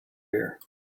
here